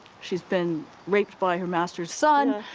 she's been raped by her master's son,